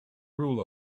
rule